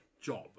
job